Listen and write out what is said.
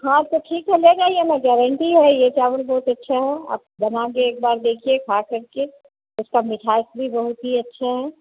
हाँ तो ठीक है ले जाइए ना गेरेंटी है यह चावल बहुत अच्छा है आप बना के एक बार देखिए खाकर के उसका मिठास भी बहुत ही अच्छा है